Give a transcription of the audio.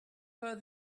were